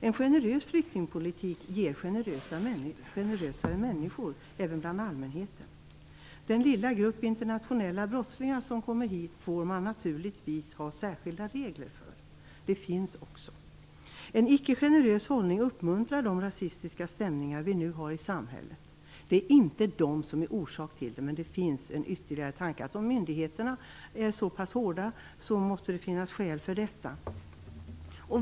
En generös flyktingpolitik ger generösare människor även bland allmänheten. Den lilla grupp internationella brottslingar som kommer hit får man naturligtvis ha särskilda regler för. De finns också. En icke generös hållning uppmuntrar de rasistiska stämningar vi nu har i samhället. Det är inte de som är orsak till det, men det finns en ytterligare tanke, att om myndigheterna är så pass hårda måste det finnas skäl för detta.